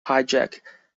hijack